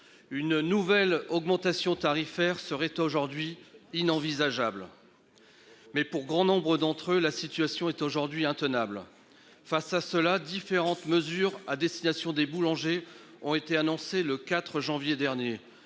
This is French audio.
Une nouvelle augmentation tarifaire seraient aujourd'hui inenvisageable. Mais pour grand nombre d'entre eux, la situation est aujourd'hui intenable. Face à cela, différentes mesures à destination des boulangers ont été annoncés le 4 janvier dernier.